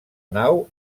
nau